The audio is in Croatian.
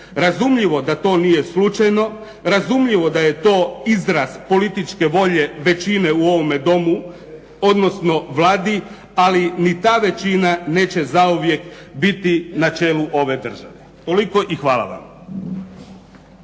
Razumljivo da to nije slučajno, razumljivo da je to izraz političke volje većine u ovome Domu odnosno Vladi, ali ni ta većina neće zauvijek biti na čelu ove države. Toliko i hvala vam.